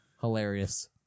hilarious